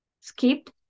skip